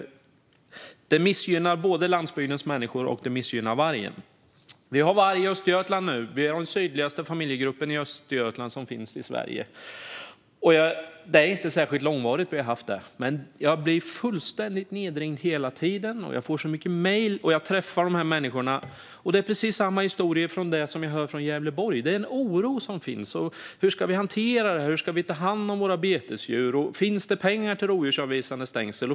Det missgynnar både landsbygdens människor och vargen. Vi har nu varg i Östergötland. Vi har den sydligaste familjegruppen som finns i Sverige i Östergötland. Vi har inte haft det särskilt långvarigt. Men jag blir fullständigt nedringd hela tiden, och jag får så mycket mejl. Jag träffar de här människorna. Det är precis samma historier som jag hör som de från Gävleborg. Det är en oro som finns. Hur ska vi hantera det? Hur ska vi ta hand om våra betesdjur? Finns det pengar till rovdjursavvisande stängsel?